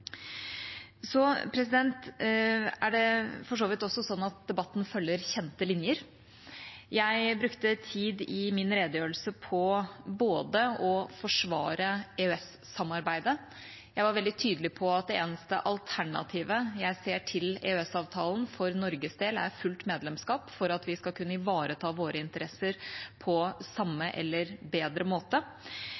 så vidt også sånn at debatten følger kjente linjer. Jeg brukte tid i min redegjørelse på å forsvare EØS-samarbeidet. Jeg var veldig tydelig på at det eneste alternativet jeg ser til EØS-avtalen for Norges del, er fullt medlemskap, for at vi skal kunne ivareta våre interesser på samme